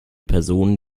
person